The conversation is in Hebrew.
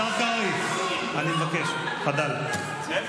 השר קרעי, בתולדות העמים.